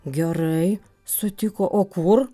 gerai sutiko o kur